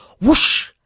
whoosh